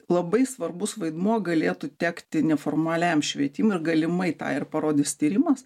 labai svarbus vaidmuo galėtų tekti neformaliajam švietimui ir galimai tą ir parodys tyrimas